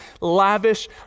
lavish